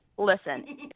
Listen